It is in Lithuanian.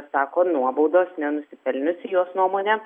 sako nuobaudos nenusipelniusi jos nuomone